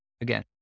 Again